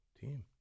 team